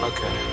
Okay